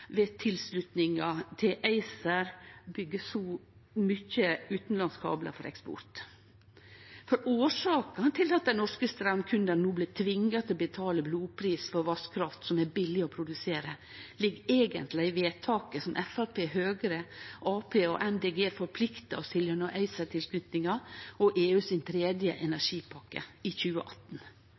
ved tilslutninga til ACER og å bygge så mykje utanlandskablar for eksport. For årsaka til at norske straumkundar no blir tvinga til å betale blodpris for vasskraft som er billeg å produsere, ligg eigentleg i vedtaket som Framstegspartiet, Høgre, Arbeidarpartiet og MDG forplikta oss til gjennom ACER-tilslutninga og EUs tredje energipakke i 2018.